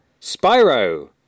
Spyro